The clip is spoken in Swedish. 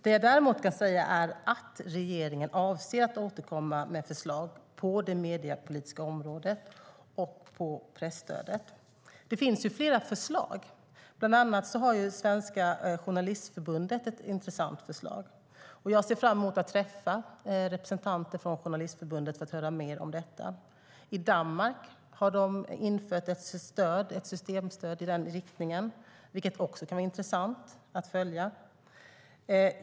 Det jag kan säga nu är att regeringen avser att återkomma med förslag på det mediepolitiska området och om presstödet. Det finns ju flera förslag. Bland annat har Svenska journalistförbundet ett intressant förslag. Jag ser fram emot att träffa representanter från journalistförbundet för att höra mer om detta. I Danmark har man infört ett systemstöd i den riktningen, vilket också kan vara intressant att följa.